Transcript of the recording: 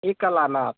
ई कल आना आप